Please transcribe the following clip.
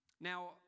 Now